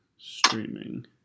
Streaming